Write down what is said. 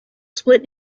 split